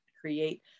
create